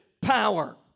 power